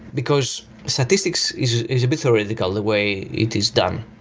because statistics is is a bit theoretical the way it is done.